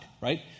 right